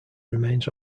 remains